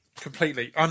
Completely